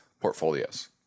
portfolios